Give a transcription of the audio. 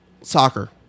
soccer